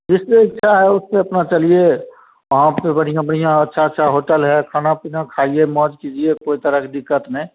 जिस पर इच्छा है उस पर अपना चलिए वहाँ पर बढिया बढिया अच्छा अच्छा होटल है खाना पीना खाइए मौज कीजिए कोई तरह की दिक्कत नहीं